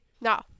No